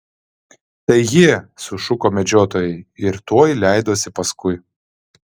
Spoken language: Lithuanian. tai jie sušuko medžiotojai ir tuoj leidosi paskui